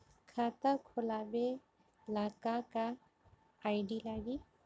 खाता खोलाबे ला का का आइडी लागी?